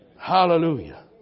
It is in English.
Hallelujah